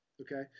okay